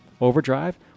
Overdrive